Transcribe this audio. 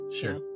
sure